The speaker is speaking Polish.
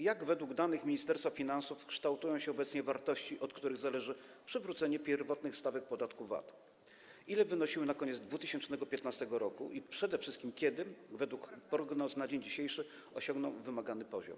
Jak według danych Ministerstwa Finansów kształtują się obecnie wartości, od których zależy przywrócenie pierwotnych stawek podatku VAT, ile wynosiły na koniec 2015 r. i przede wszystkim kiedy, według prognoz na dzień dzisiejszy, osiągną wymagany poziom?